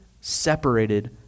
separated